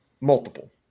Multiple